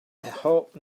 hope